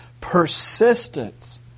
persistence